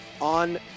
on